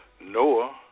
Noah